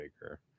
Baker